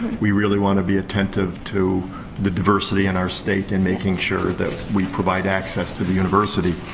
we really wanna be attentive to the diversity in our state and making sure that we provide access to the university.